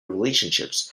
relationships